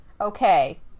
okay